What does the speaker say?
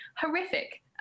horrific